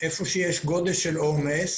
שיש בהם עומס